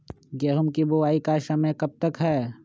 गेंहू की बुवाई का समय कब तक है?